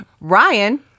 Ryan